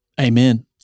Amen